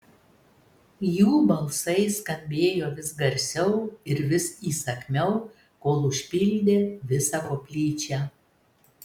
jų balsai skambėjo vis garsiau ir vis įsakmiau kol užpildė visą koplyčią